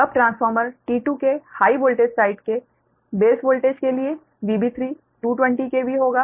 अब transformer T2 के high voltage side के बेस वोल्टेज के लिए VB3 220 KV होगा